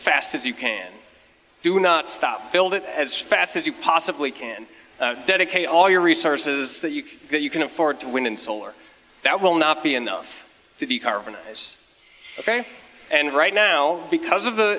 fast as you can do not stop build it as fast as you possibly can dedicate all your resources that you can that you can afford to wind and solar that will not be enough to be carbon and right now because of the